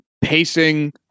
pacing